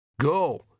Go